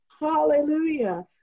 Hallelujah